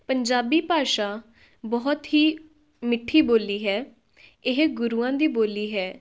ਪੰਜਾਬੀ ਭਾਸ਼ਾ ਬਹੁਤ ਹੀ ਮਿੱਠੀ ਬੋਲੀ ਹੈ ਇਹ ਗੁਰੂਆਂ ਦੀ ਬੋਲੀ ਹੈ